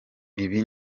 ibi